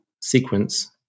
sequence